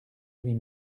huit